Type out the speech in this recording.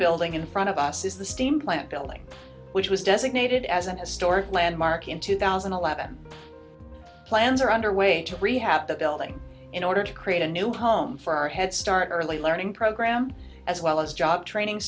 building in front of us is the steam plant building which was designated as an historic landmark in two thousand and eleven plans are underway to rehab the building in order to create a new home for our head start early learning program as well as job training